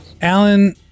Alan